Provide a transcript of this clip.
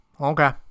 okay